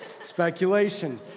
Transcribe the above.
Speculation